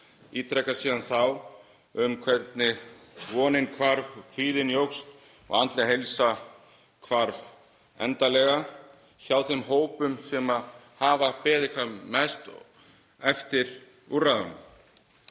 ítrekað síðan, um hvernig vonin hvarf, kvíðinn jókst og andleg heilsa hvarf endanlega hjá þeim hópum sem hafa beðið hvað lengst eftir úrræðum.